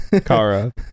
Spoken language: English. Kara